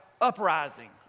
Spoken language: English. uprising